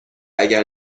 اگر